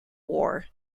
war